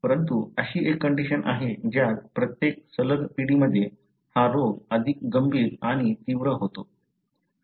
परंतु अशी एक कंडिशन आहे ज्यात प्रत्येक सलग पिढीमध्ये हा रोग अधिक गंभीर आणि तीव्र होतो